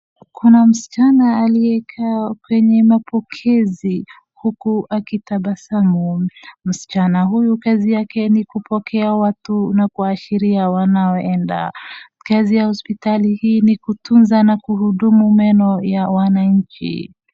Kuna msichana aliyekaa kwenye mapokezi huku akitabasamu. Msichana huyu kazi yake ni kupokea watu na kuashiria wanaoenda. Kazi ya hospitali hii ni kutunza na kuhudumu meno ya wananchi.